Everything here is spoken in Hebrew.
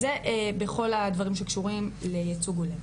זה בכל הדברים שקשורים לייצוג הולם.